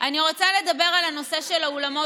אני רוצה לדבר על הנושא של האולמות,